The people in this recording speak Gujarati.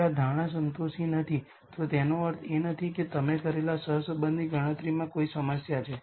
જો આ ધારણા સંતોષી નથી તો તેનો અર્થ એ નથી કે તમે કરેલા સહસંબંધની ગણતરીમાં કોઈ સમસ્યા છે